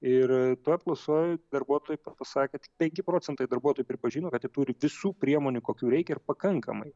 ir toj apklausoj darbuotojų pasakė tik penki procentai darbuotojų pripažino kad jie turi visų priemonių kokių reikia ir pakankamai